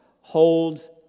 holds